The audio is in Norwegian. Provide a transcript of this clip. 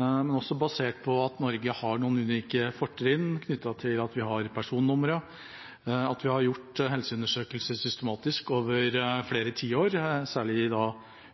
men også basert på at Norge har noen unike fortrinn knyttet til at vi har personnummer, at vi har gjort helseundersøkelser systematisk over flere tiår, særlig